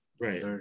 Right